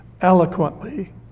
eloquently